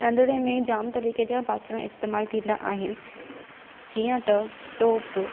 रंधिणे में जाम तरीक़े जा ॿासण इस्तेमालु थींदा आहिनि जीअं त टोप